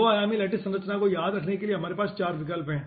2 आयामी लैटिस संरचना को याद रखने के लिए हमारे पास यहां 4 विकल्प हैं